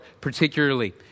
particularly